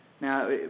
Now